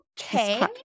okay